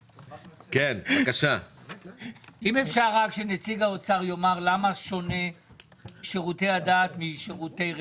אם אפשר רק שנציג האוצר יאמר למה שונה שירותי הדת משירותי רווחה,